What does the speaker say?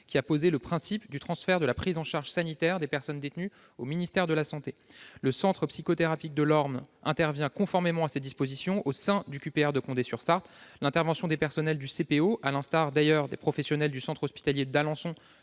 qui a posé le principe du transfert de la prise en charge sanitaire des personnes détenues au ministère chargé de la santé. Le centre psychothérapique de l'Orne intervient conformément à ces dispositions au sein du QPR de Condé-Sur-Sarthe, l'intervention des personnels du CPO, à l'instar d'ailleurs de celle des professionnels du centre hospitalier d'Alençon